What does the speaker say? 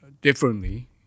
differently